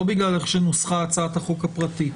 לא בגלל איך שנוסחה הצעת החוק הפרטית.